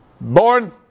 born